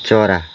चरा